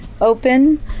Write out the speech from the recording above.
open